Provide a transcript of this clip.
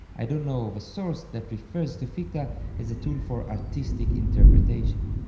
i don't know of a source that refers to ficta as a tool for artistic interpretation.